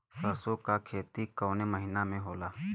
सरसों का खेती कवने महीना में होला?